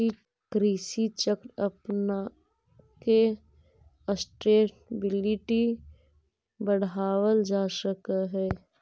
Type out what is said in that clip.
कृषि चक्र अपनाके सस्टेनेबिलिटी बढ़ावल जा सकऽ हइ